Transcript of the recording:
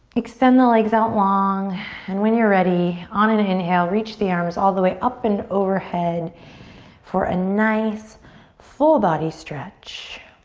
extend the legs out long and when you're ready on an inhale reach the arms all the way up and overhead for a nice full body stretch.